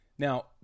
Now